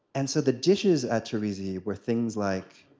and so the dishes at torrisi were things like